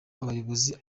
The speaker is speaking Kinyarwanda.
abayobozi